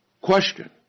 Question